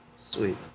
sweet